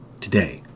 today